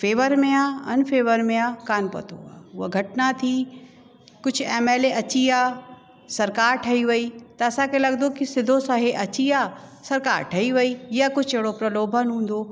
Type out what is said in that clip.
favour में आहे unfavour में आहे कोन पतो आहे उहा घटना थी कुझु एम एल ए अची आहे सरकार ठही वई त असांखे लॻंदो कि सिधो सां ई अची आहे सरकार ठही वही या कुझु अहिड़ो प्रलोभन हूंदो